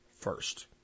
first